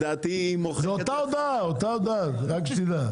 זאת אותה הודעה, רק שתדע.